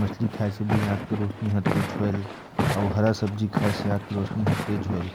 मछली खाना चाहिए।